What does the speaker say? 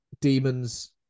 Demons